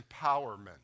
empowerment